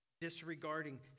disregarding